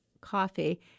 coffee